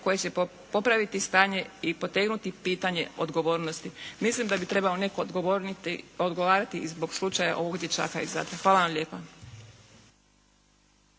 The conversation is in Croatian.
koje će popraviti stanje i potegnuti pitanje odgovornosti. Mislim da bi trebao netko odgovarati zbog slučaja ovog dječaka iz Zadra. Hvala vam lijepa.